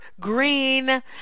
green